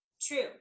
true